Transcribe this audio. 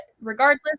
regardless